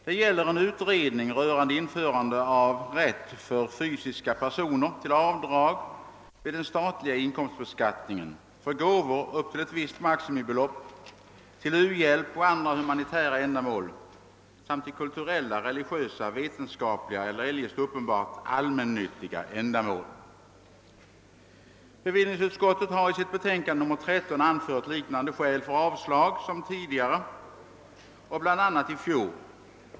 Det gäller en utredning rö rande införande av rätt för fysiska personer till avdrag vid den statliga inkomstbeskattningen för gåvor upp till ett visst maximibelopp till u-hjälp och andra humanitära ändamål samt till kulturella, religiösa, vetenskapliga eller eljest uppenbart allmännyttiga ändamål. Bevillningsutskottet har i sitt betänkande nr 13 anfört liknande skäl för avslag som tidigare år, bl.a. i fjol.